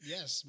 Yes